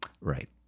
Right